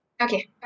Okay